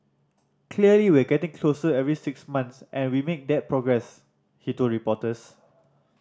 clearly we getting closer every six month and we make that progress he told reporters